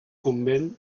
convent